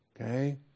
Okay